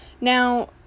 Now